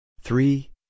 three